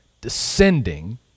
descending